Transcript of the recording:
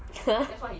!huh!